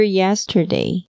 yesterday